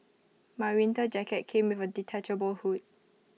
my winter jacket came with A detachable hood